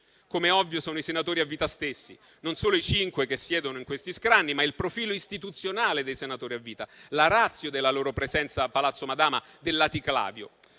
com'è ovvio, sono i senatori a vita stessi; non solo i cinque che siedono in questi scranni, ma il profilo istituzionale dei senatori a vita, la *ratio* della loro presenza a Palazzo Madama, del laticlavio.